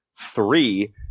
three